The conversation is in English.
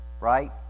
Right